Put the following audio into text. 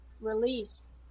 release